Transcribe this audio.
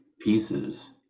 pieces